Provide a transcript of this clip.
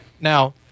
Now